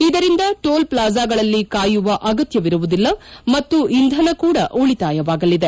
ಇದರಿಂದ ಟೋಲ್ ಫ್ಲಾಜಾಗಳಲ್ಲಿ ಕಾಯುವ ಅಗತ್ಯವಿರುವುದಿಲ್ಲ ಮತ್ತು ಇಂಧನ ಕೂಡ ಉಳಿತಾಯವಾಗಲಿದೆ